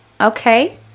okay